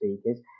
speakers